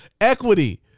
Equity